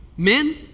Men